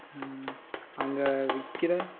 அங்கே விற்கிற